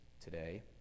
today